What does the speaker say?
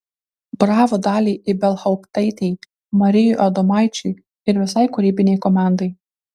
bravo daliai ibelhauptaitei marijui adomaičiui ir visai kūrybinei komandai